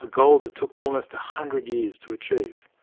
a goal that took almost one hundred years to achieve.